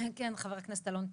כן חבר הכנסת אלון טל.